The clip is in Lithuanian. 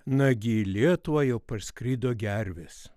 nagi į lietuvą jau parskrido gervės